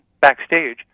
backstage